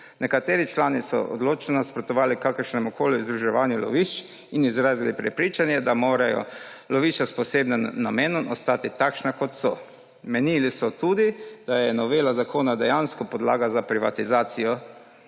Nekateri člani so odločno nasprotovali kakršnemukoli združevanju lovišč in izrazili prepričanje, da morajo lovišča s posebnim namenom ostati takšna, kot so. Menili so tudi, da je novela zakona dejansko podlaga za privatizacijo